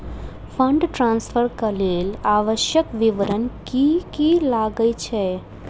Fund transfer केँ लेल आवश्यक विवरण की की लागै छै?